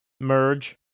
merge